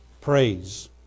praise